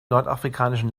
nordafrikanischen